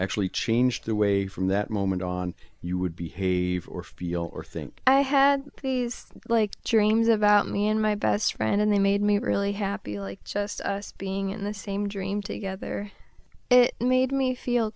actually changed the way from that moment on you would behave or feel or think i had these like james about me and my best friend and they made me really happy like just us being in the same dream together it made me feel